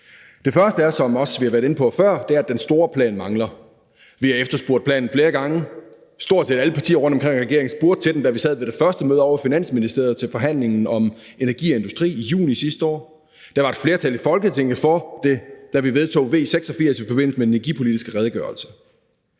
Det første er, som vi også har været inde på før, at den store plan mangler. Vi har efterspurgt planen flere gange, og stort set alle partier rundt omkring regeringen spurgte til den, da vi sad i det første møde ovre i Finansministeriet til forhandlingen om energi og industri i juni sidste år. Der var et flertal i Folketinget for det, da vi vedtog V 86 i forbindelse med den energipolitiske redegørelse.